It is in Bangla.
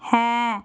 হ্যাঁ